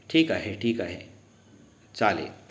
ठीक आहे ठीक आहे चालेल